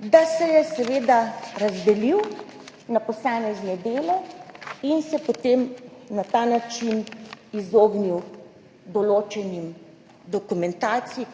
da se je razdelil na posamezne dele in se potem na ta način izognil določeni dokumentaciji,